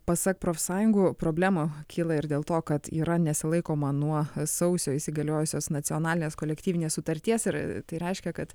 pasak profsąjungų problema kyla ir dėl to kad yra nesilaikoma nuo sausio įsigaliojusios nacionalinės kolektyvinės sutarties ir tai reiškia kad